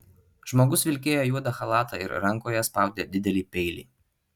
žmogus vilkėjo juodą chalatą ir rankoje spaudė didelį peilį